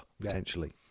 potentially